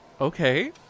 Okay